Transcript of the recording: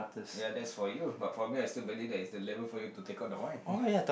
ya that's for you but for me I still believe that it's the level for you to take out the wine